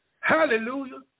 hallelujah